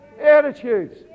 Attitudes